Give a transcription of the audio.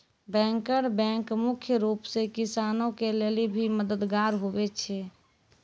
banker bank मुख्य रूप से किसान के लेली भी मददगार हुवै छै